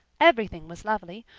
everything was lovely.